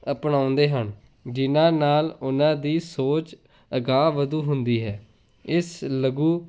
ਅਪਣਾਉਂਦੇ ਹਨ ਜਿਹਨਾਂ ਨਾਲ ਉਹਨਾਂ ਦੀ ਸੋਚ ਅਗਾਂਹ ਵਧੂ ਹੁੰਦੀ ਹੈ ਇਸ ਲਘੂ